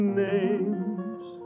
names